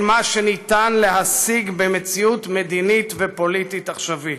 מה שאפשר להשיג במציאות מדינית ופוליטית עכשווית.